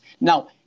Now